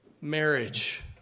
marriage